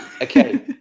okay